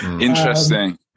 Interesting